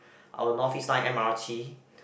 our North East Line M_R_T